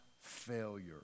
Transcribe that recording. failure